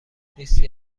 لیستی